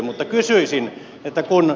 mutta kysyisin